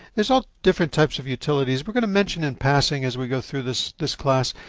there's all different types of utilities we are going to mention in passing, as we go through this, this class,